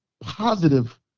positive